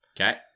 okay